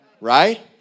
Right